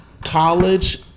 college